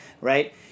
right